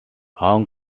hong